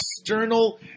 external